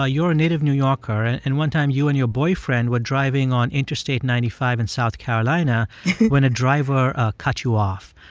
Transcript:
ah a native new yorker. and and one time, you and your boyfriend were driving on interstate ninety five in south carolina when a driver cut you off.